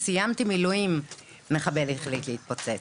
סיימתי מילואים, מחבל החליט להתפוצץ.